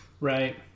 Right